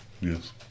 Yes